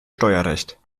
steuerrecht